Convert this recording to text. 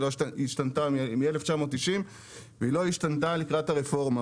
היא לא השתנתה מ-1990 והיא לא השתנתה לקראת הרפורמה.